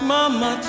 Mama